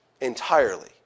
entirely